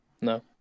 no